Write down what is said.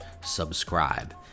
subscribe